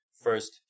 first